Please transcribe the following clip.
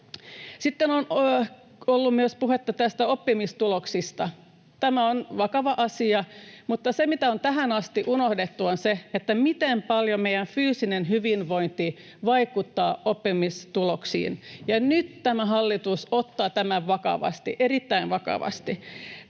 Sitten on ollut puhetta myös näistä oppimistuloksista. Tämä on vakava asia, mutta se, mitä on tähän asti unohdettu, on se, miten paljon meidän fyysinen hyvinvointimme vaikuttaa oppimistuloksiin. Ja nyt tämä hallitus ottaa tämän vakavasti, erittäin vakavasti.